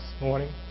morning